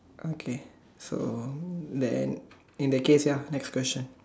okay so then in the case ya next question